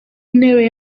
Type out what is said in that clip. w’intebe